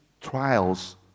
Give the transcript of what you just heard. trials